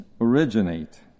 originate